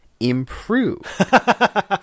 improve